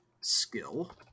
skill